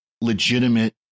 legitimate